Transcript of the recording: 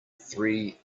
three